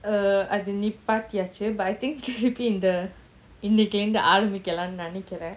uh I've been அதுநிப்பாட்டியாச்சு:adhu nippatiyachu but I think ஆரம்பிக்கலாம்னுநெனைக்கிறேன்:arambikalamnu nenaikren